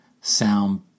sound